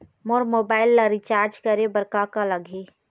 मोर mobile ला recharge करे बर का का लगही?